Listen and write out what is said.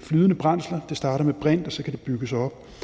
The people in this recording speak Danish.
flydende brændsler; det starter med brint, og så kan det bygges op.